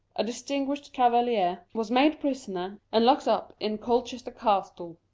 a distinguished cavalier, was made prisoner, and locked up in colchester castle.